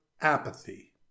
apathy